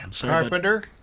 Carpenter